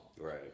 Right